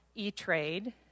eTrade